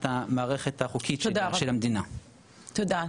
תודה רבה, תודה, התשובה מהאפוטרופוס הכללי,